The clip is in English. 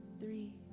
three